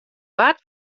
bart